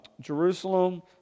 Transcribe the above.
Jerusalem